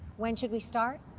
when should we start?